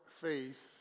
faith